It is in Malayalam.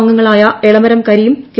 അംഗങ്ങളായ എളമരം കരീം കെ